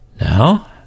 Now